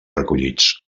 recollits